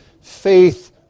faith